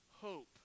hope